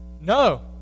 no